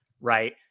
right